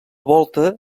volta